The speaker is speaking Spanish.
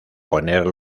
poner